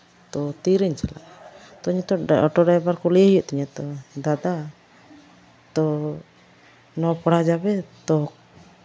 ᱛᱚ ᱛᱤᱨᱮᱧ ᱪᱟᱞᱟᱜᱼᱟ ᱛᱚ ᱱᱤᱛᱚᱜ ᱚᱴᱳ ᱰᱨᱟᱭᱵᱷᱟᱨ ᱠᱩᱞᱤᱭᱮ ᱦᱩᱭᱩᱜ ᱛᱤᱧᱟᱹ ᱛᱚ ᱫᱟᱫᱟ ᱱᱚᱼᱯᱟᱲᱟ ᱡᱟᱵᱮ ᱛᱚ